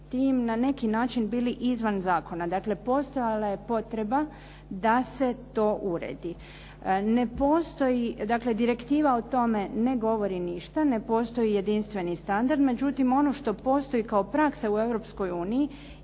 tim na neki način bili izvan zakona. Dakle, postojala je potreba da se to uredi. Ne postoji, dakle direktiva o tome ne govori ništa, ne postoji jedinstveni standard. Međutim, ono što postoji kao praksa u